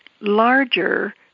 larger